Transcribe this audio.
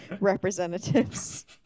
representatives